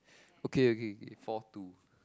okay okay K four two